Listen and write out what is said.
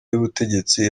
y’ubutegetsi